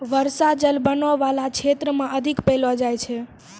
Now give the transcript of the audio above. बर्षा जल बनो बाला क्षेत्र म अधिक पैलो जाय छै